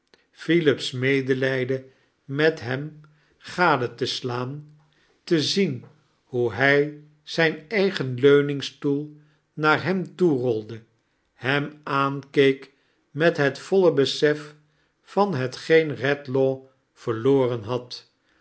philip's medeljjden met hem gade te slaan te zien hoe hij zijn eigen leuningstoel naar hem toe rolde hem aankeek met het voile besef van hetgeen redlaw verloren had